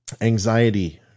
anxiety